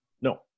No